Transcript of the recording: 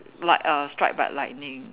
like a strike by lightning